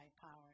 power